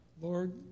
Lord